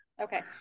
Okay